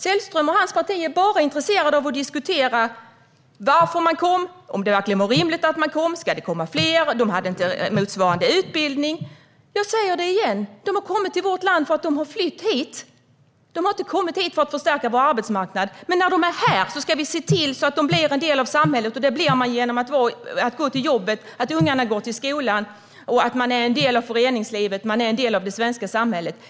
Sällström och hans parti är bara intresserade av att diskutera varför man kom, om det verkligen var rimligt att man kom, om det ska komma fler och att man inte har motsvarande utbildning. Jag säger det igen: De har kommit till vårt land för att de har flytt hit. De har inte kommit hit för att förstärka vår arbetsmarknad. Men när de är här ska vi se till att de blir en del av samhället. Det blir man genom att gå till jobbet, genom att ungarna går till skolan och genom att man är en del av föreningslivet och det svenska samhället.